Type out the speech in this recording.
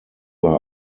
war